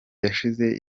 yashinze